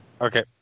Okay